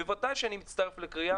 בוודאי שאני מצטרף לקריאה,